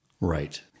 Right